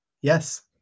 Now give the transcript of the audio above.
Yes